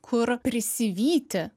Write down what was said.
kur prisivyti